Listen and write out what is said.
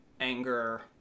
anger